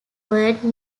word